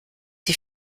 die